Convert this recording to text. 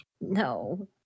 No